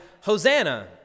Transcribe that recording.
hosanna